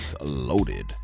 loaded